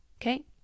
okay